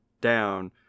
down